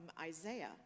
Isaiah